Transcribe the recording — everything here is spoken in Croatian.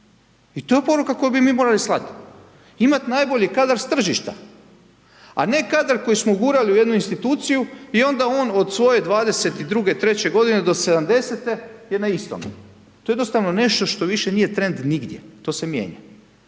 i to je poruka koju bi mi morali slati. Imati najbolji kadar s tržišta, a ne kadar koji smo gurali u jedni instituciju i onda on svoje 22, 23 godine do 70 je na istom. To je jednostavno nešto što više nije trend nigdje, to se mijenja.